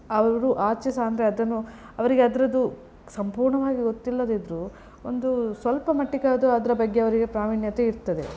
ಅವರು ಆಚೆ ಸಹ ಅಂದರೆ ಅದನ್ನು ಅವರಿಗೆ ಅದರದು ಸಂಪೂರ್ಣವಾಗಿ ಗೊತ್ತಿಲ್ಲದಿದ್ದರೂ ಒಂದು ಸ್ವಲ್ಪ ಮಟ್ಟಿಗೆ ಆದರೂ ಅದರ ಬಗ್ಗೆ ಅವರಿಗೆ ಪ್ರಾವೀಣ್ಯತೆ ಇರ್ತದೆ